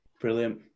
Brilliant